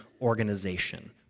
organization